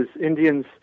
Indians